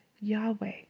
Yahweh